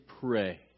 pray